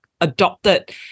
Adopted